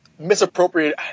misappropriate